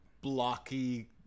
blocky